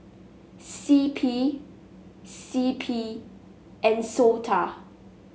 C P C P and SOTA